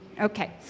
Okay